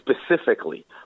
specifically